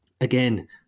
again